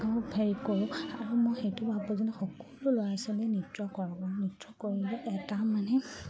অঁ হেৰি কৰোঁ আৰু মই সেইটো ভাবোঁ যে সকলো ল'ৰা ছোৱালীয়ে নৃত্য কৰক আৰু নৃত্য কৰিলে এটা মানে